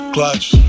Clutch